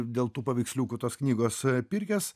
dėl tų paveiksliukų tos knygos pirkęs